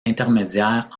intermédiaire